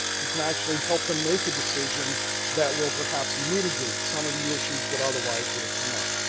you can actually help them make a decision that will perhaps mitigate some of the issues that otherwise would have come up.